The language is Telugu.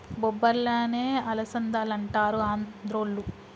బొబ్బర్లనే అలసందలంటారు ఆంద్రోళ్ళు